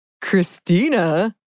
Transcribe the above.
Christina